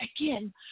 again